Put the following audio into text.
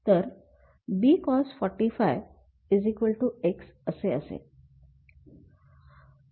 तर B कॉस४५ X असे असेल